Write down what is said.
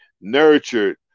nurtured